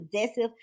possessive